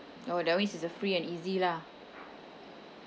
oh that [one] is a free and easy lah